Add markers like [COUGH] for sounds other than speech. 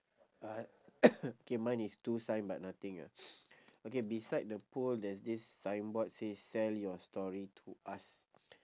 uh [COUGHS] K mine is two sign but nothing ah okay beside the pole there's this signboard says sell your story to us